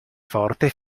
forte